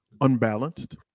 unbalanced